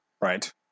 Right